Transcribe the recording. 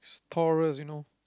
Taurus you know